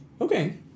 Okay